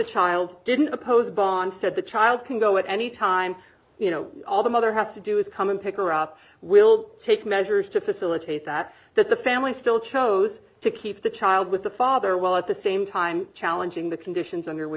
child didn't oppose bond said the child can go at any time you know all the mother has to do is come and pick her up will take measures to facilitate that that the family still chose to keep the child with the father while at the same time challenging the conditions under wh